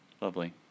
Lovely